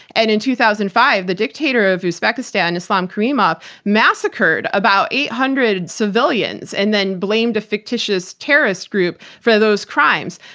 and in two thousand and five, the dictator of uzbekistan, islam karimov, massacred about eight hundred civilians, and then blamed a fictitious terrorist group for those crimes.